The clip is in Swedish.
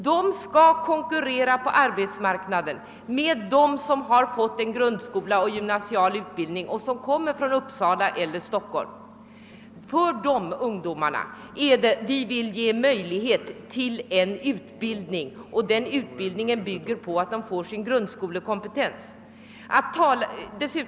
De skall konkurrera på arbetsmarknaden med dem som kommer från Uppsala eller Stockholm och har fått grundskoleoch gymnasieutbildning. Dessa ungdomar är det vi vill ge möjlighet till utbildning, och den utbildningen syftar till att de skall få sin grundskolekompetens som grund för vidare utbildning.